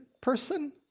person